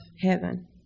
heaven